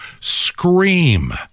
scream